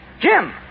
Jim